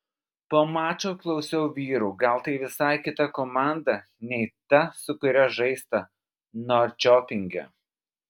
po mačo klausiau vyrų gal tai visai kita komanda nei ta su kuria žaista norčiopinge